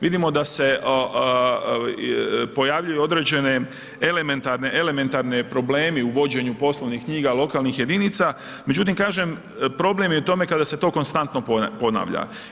Vidimo da se pojavljuju određene elementarne, elementarni problemi u vođenju poslovnih knjiga lokalnih jedinica, međutim kažem problem je u tome kada se to konstantno ponavlja.